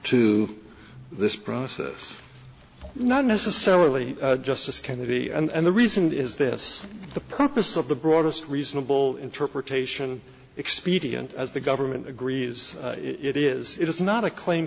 to this process not necessarily justice kennedy and the reason is this the purpose of the broadest reasonable interpretation expedient as the government agrees it is it is not a claim